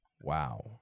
wow